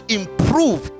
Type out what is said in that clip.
improve